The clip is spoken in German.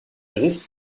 gericht